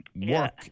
work